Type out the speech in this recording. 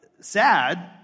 sad